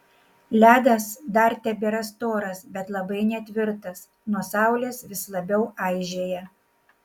ledas dar tebėra storas bet labai netvirtas nuo saulės vis labiau aižėja